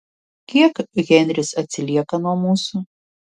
kiek henris atsilieka nuo mūsų